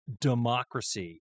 democracy